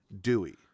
Dewey